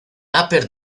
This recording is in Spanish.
upper